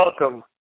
welcome